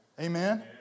Amen